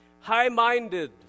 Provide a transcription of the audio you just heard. High-minded